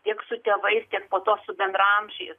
tiek su tėvais tiek po to su bendraamžiais